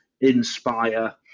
inspire